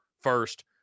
first